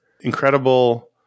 Incredible